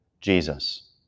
Jesus